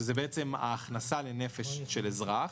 שזה בעצם ההכנסה לנפש של אזרח,